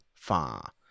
far